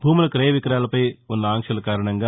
భూముల క్రయ విక్రయాలపై ఉన్న ఆంక్షల కారణంగా